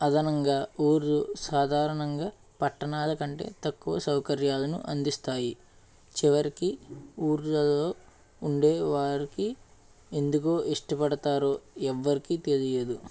అదనంగా ఊర్లు సాధారణంగా పట్టణాల కంటే తక్కువ సౌకర్యాలను అందిస్తాయి చివరికి ఊర్లలో ఉండేవారికి ఎందుకు ఇష్టపడతారు ఎవ్వరికి తెలియదు